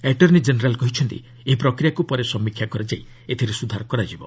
attorney general କହିଛନ୍ତି ଏହି ପ୍ରକ୍ରିୟାକୁ ପରେ ସମୀକ୍ଷା କରାଯାଇ ଏଥିରେ ସୁଧାର କରାଯିବ